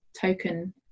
token